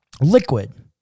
Liquid